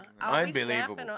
Unbelievable